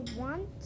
want